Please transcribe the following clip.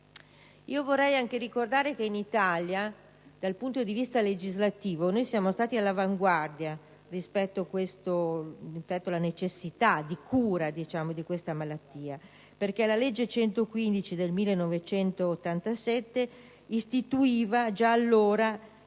Vorrei anche ricordare che in Italia, dal punto di vista legislativo, siamo stati all'avanguardia rispetto alle necessità di cura di questa malattia. La legge n. 115 del 1987, infatti, istituiva già allora